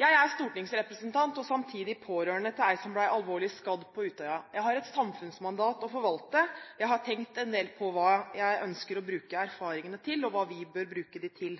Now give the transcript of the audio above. Jeg er stortingsrepresentant og samtidig pårørende til en som ble alvorlig skadd på Utøya. Jeg har et samfunnsmandat å forvalte. Jeg har tenkt en del på hva jeg ønsker å bruke erfaringene til og hva vi bør bruke dem til.